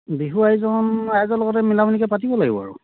বিহু আয়োজন ৰাইজৰ লগতে মিলামিলিকৈ পাতিব লাগিব আৰু